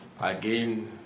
again